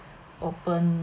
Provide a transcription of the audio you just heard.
open